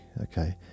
Okay